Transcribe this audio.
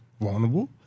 vulnerable